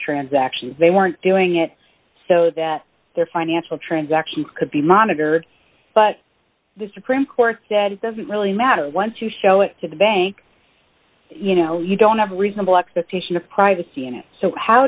transactions they weren't doing it so that their financial transactions could be monitored but the supreme court said it doesn't really matter once you show it to the bank you know you don't have a reasonable expectation of privacy in it so how